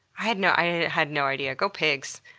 i had no i had no idea. go pigs.